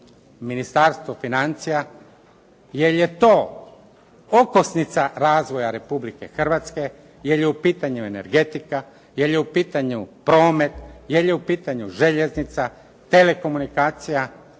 Ministarstvo financija, jer je to okosnica razvoja Republike Hrvatske, jer je u pitanju energetika, jer je u pitanju promet, jer je u pitanju željeznica, telekomunikacija,